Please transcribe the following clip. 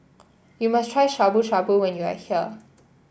you must try Shabu Shabu when you are here